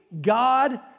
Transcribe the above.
God